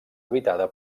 habitada